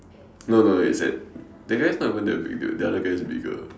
no no is that that guy is not even that big built the other guy is bigger